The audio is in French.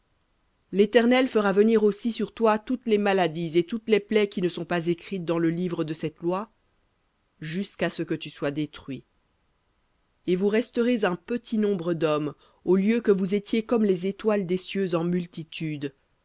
l'éternel fera venir aussi sur toi toutes les maladies et toutes les plaies qui ne sont pas écrites dans le livre de cette loi jusqu'à ce que tu sois détruit et vous resterez un petit nombre d'hommes au lieu que vous étiez comme les étoiles des cieux en multitude